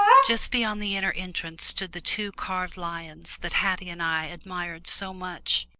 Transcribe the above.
just beyond the inner entrance stood the two carved lions that haddie and i admired so much.